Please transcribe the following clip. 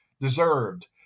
deserved